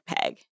peg